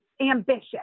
ambitious